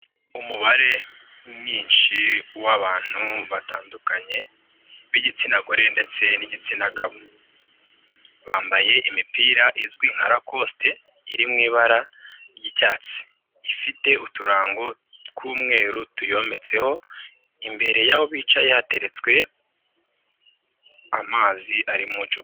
Umubare mwinshi w'abantu batandukanye b'igitsina gore ndetse n'igitsina gabo bambaye imipira izwi nka rakosite iri mu ibara ry'icyatsi, ifite uturango tw'umweru tuyometseho, imbere y'aho bicaye hateretswe amazi ari mu icupa.